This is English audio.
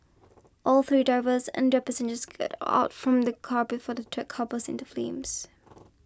all three drivers and their passengers got out from the car before the third car burst into flames